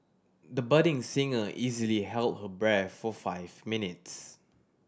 the budding singer easily held her breath for five minutes